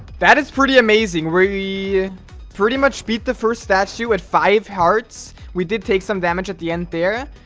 that is pretty amazing we pretty much beat the first statue at five hearts we did take some damage at the end there,